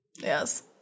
Yes